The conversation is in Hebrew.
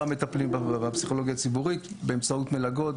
המטפלים בפסיכולוגיה הציבורית באמצעות מלגות,